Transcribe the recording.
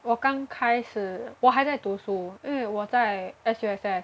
我刚开始我还在读书因为我在 S_U_S_S